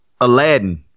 Aladdin